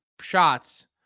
shots